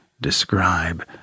describe